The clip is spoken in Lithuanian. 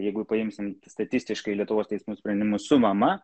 jeigu paimsim statistiškai lietuvos teismų sprendimus su mama